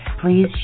please